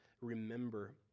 remember